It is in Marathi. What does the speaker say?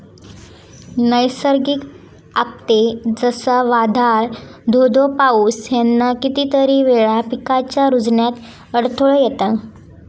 नैसर्गिक आपत्ते, जसा वादाळ, धो धो पाऊस ह्याना कितीतरी वेळा पिकांच्या रूजण्यात अडथळो येता